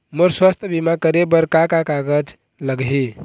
मोर स्वस्थ बीमा करे बर का का कागज लगही?